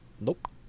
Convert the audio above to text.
Nope